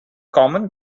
common